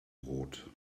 brot